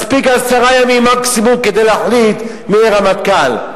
מספיק עשרה ימים מקסימום כדי להחליט מי יהיה רמטכ"ל.